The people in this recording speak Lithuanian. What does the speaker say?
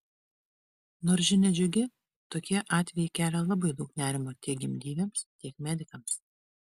nors žinia džiugi tokie atvejai kelia labai daug nerimo tiek gimdyvėms tiek ir medikams